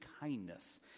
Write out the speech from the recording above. kindness